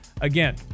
Again